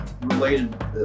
related